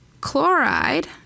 Chloride